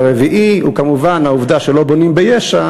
והרביעי הוא כמובן העובדה שלא בונים ביש"ע